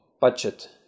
budget